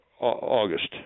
August